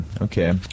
Okay